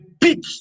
peak